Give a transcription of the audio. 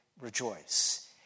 rejoice